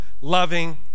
Loving